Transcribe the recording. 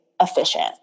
efficient